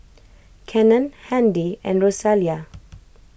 Kenan Handy and Rosalia